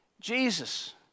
Jesus